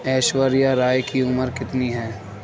ایشوریا رائے کی عمر کتنی ہے